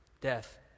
Death